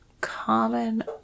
common